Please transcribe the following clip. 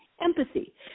empathy